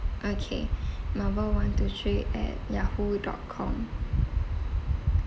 okay marvel one two three at yahoo dot com